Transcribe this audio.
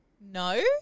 no